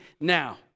now